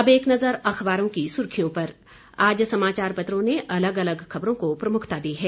अब एक नजर अखबारों की सुर्खियों पर आज समाचार पत्रों ने अलग अलग खबरों को प्रमुखता दी है